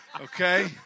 okay